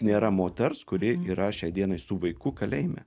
nėra moters kuri yra šiai dienai su vaiku kalėjime